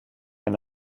eine